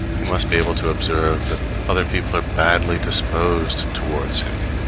he must be able to observe that other people are badly disposed towards him,